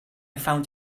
found